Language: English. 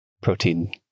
protein